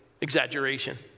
Exaggeration